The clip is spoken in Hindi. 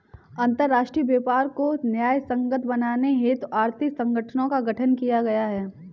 अंतरराष्ट्रीय व्यापार को न्यायसंगत बनाने हेतु आर्थिक संगठनों का गठन किया गया है